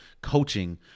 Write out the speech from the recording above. coaching